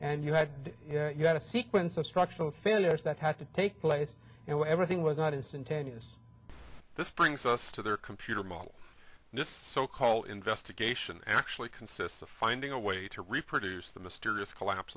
and you had yet a sequence of structural failures that had to take place now everything was not instantaneous this brings us to their computer model and this so called investigation actually consists of finding a way to reproduce the mysterious collapse